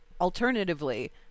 Alternatively